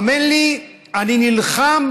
האמן לי, אני נלחם